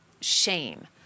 shame